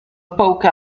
poke